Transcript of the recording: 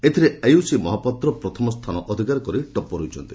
ଏଥିରେ ଆୟୁଷି ମହାପାତ୍ର ପ୍ରଥମ ସ୍ଛାନ ଅଧିକାର କରି ଟପ୍ଟର ହୋଇଛନ୍ତି